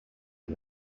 for